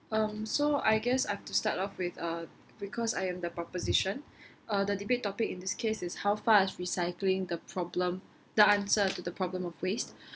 um so I guess I have to start off with uh because I am the proposition uh the debate topic in this case is how fast recycling the problem the answer to the problem of waste